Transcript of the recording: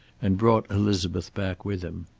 and brought elizabeth back with him.